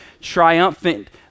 triumphant